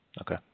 Okay